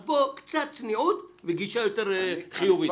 אז קצת צניעות וגישה יותר חיובית.